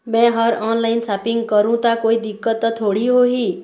मैं हर online shopping करू ता कोई दिक्कत त थोड़ी होही?